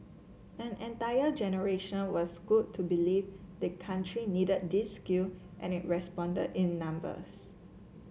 an entire generation was schooled to believe the country needed these skill and it responded in numbers